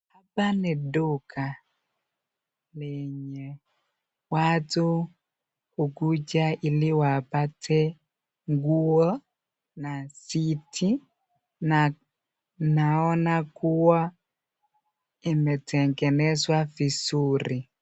Hapa ni duka yenye watu hukuja ili wapate nguo na suti na naona kuwa imetengenezwa vizuri.